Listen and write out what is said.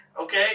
okay